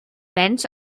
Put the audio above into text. bench